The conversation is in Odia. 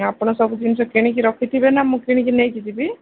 ଆପଣ ସବୁ ଜିନିଷ କିଣିକି ରଖିଥିବେ ନାଁ ମୁଁ କିଣିକି ନେଇକି ଯିବି